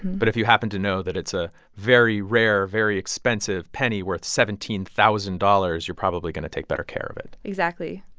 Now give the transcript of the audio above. but if you happen to know that it's a very rare, very expensive penny worth seventeen thousand dollars, you're probably going to take better care of it exactly.